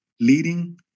leading